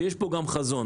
ויש פה גם חזון.